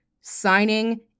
signing